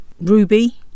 Ruby